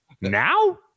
now